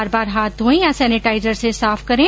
बार बार हाथ धोएं या सेनेटाइजर से साफ करें